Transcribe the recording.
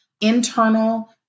internal